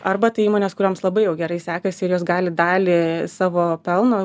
arba tai įmonės kurioms labai jau gerai sekasi ir jos gali dalį savo pelno